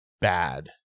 bad